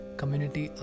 community